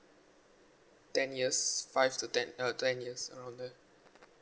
ten years five to ten uh ten years around there